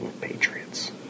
Patriots